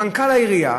מנכ"ל העירייה,